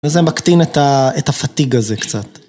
וזה מקטין את ה fatigue הזה קצת.